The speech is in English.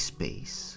Space